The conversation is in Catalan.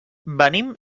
venim